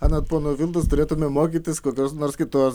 anot pono vildaus turėtumėm mokytis kokios nors kitos